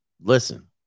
listen